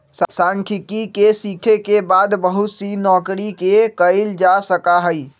सांख्यिकी के सीखे के बाद बहुत सी नौकरि के कइल जा सका हई